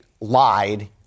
lied